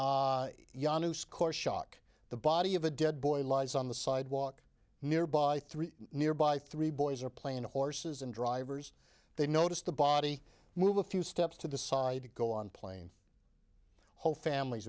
janu score shock the body of a dead boy lies on the sidewalk nearby three nearby three boys are playing horses and drivers they notice the body move a few steps to decide to go on planes whole families